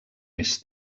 més